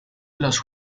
los